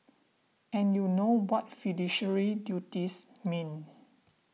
and you know what fiduciary duties mean